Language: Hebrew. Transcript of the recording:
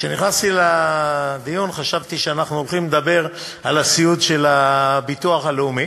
כשנכנסתי לדיון חשבתי שאנחנו הולכים לדבר על הסיעוד של הביטוח הלאומי.